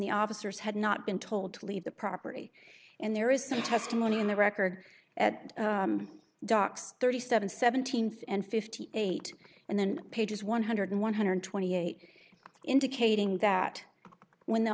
the officers had not been told to leave the property and there is some testimony in the record at docs thirty seven seventeenth and fifty eight and then pages one hundred and one hundred twenty eight indicating that when the